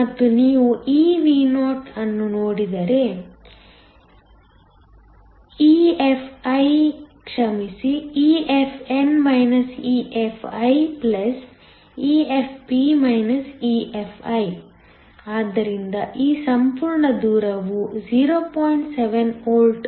ಮತ್ತು ನೀವು eVo ಅನ್ನು ನೋಡಿದರೆ ಈ EFi ಕ್ಷಮಿಸಿ EFn EFi EFp EFi ಆದ್ದರಿಂದ ಈ ಸಂಪೂರ್ಣ ದೂರವು 0